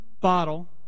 bottle